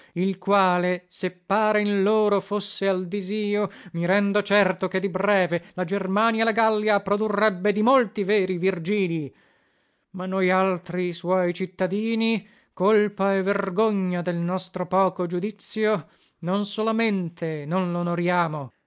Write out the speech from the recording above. il quale se pare in loro fosse al disio mi rendo certo che di breve la germania e la gallia produrrebbe di molti veri virgilii ma noi altri suoi cittadini colpa e vergogna del nostro poco giudizio non solamente non lonoriamo